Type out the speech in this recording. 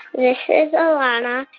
this is alana.